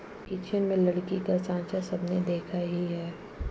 kitchen में लकड़ी का साँचा सबने देखा ही है